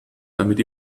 damit